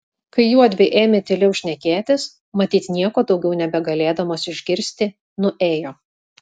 kai juodvi ėmė tyliau šnekėtis matyt nieko daugiau nebegalėdamos išgirsti nuėjo